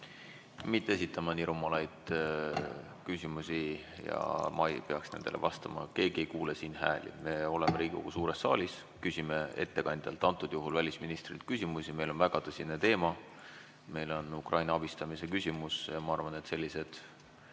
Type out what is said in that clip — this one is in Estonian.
Mitte esitama nii rumalaid küsimusi. Ja ma ei peaks nendele vastama. Keegi ei kuule siin hääli. Me oleme Riigikogu suures saalis, küsime ettekandjalt, antud juhul välisministrilt küsimusi. Meil on väga tõsine teema, meil on Ukraina abistamise küsimus ja ma arvan, et sellised